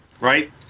right